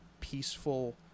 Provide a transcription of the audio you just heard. peaceful